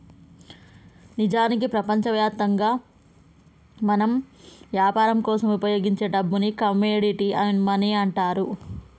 నిజానికి ప్రపంచవ్యాప్తంగా మనం యాపరం కోసం ఉపయోగించే డబ్బుని కమోడిటీ మనీ అంటారు